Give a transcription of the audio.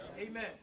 Amen